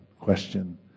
question